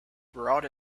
brought